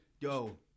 Yo